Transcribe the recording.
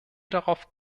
darauf